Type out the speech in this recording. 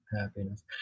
happiness